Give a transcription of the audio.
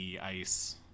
ice